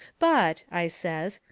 but, i says,